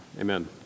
Amen